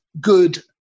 good